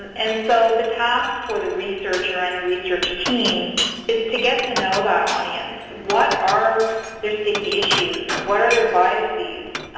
and so the task for the researcher and the research team is to get to know that audience. what are their sticky issues? what are their biases?